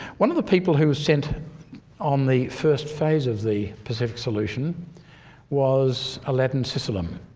one of the people who was sent on the first phase of the pacific solution was aladdin sisalem.